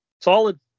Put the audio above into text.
solid